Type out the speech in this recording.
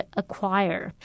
acquire